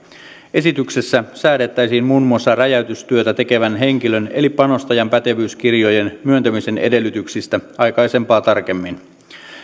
esityksessä säädettäisiin muun muassa räjäytystyötä tekevän henkilön eli panostajan pätevyyskirjojen myöntämisen edellytyksistä aikaisempaa tarkemmin